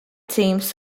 teams